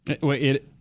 Wait